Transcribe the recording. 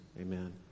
amen